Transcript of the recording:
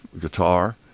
guitar